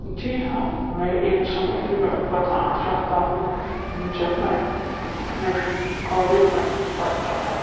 जी हाँ मैं एक समय की बात बताना चाहता हूँ जब मैं अपने कॉलेज में पढ़ता था